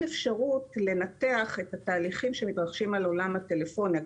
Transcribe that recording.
אפשרות לנתח את התהליכים שמתרחשים על עולם הטלפוניה.